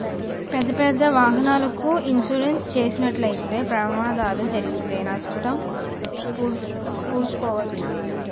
పెద్దపెద్ద వాహనాలకు ఇన్సూరెన్స్ చేసినట్లయితే ప్రమాదాలు జరిగితే నష్టం పూడ్చుకోవచ్చు